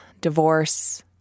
divorce